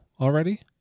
already